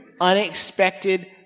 unexpected